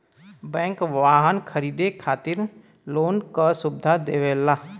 bank वाहन खरीदे खातिर लोन क सुविधा देवला